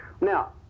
Now